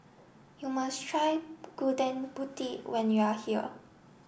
you must try Gudeg Putih when you are here